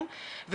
אבל אני אומר,